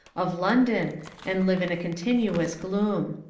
of london and live in a continuous gloom.